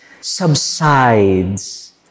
subsides